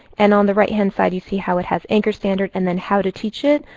and on the right hand side you see how it has anchor standards and then how to teach it.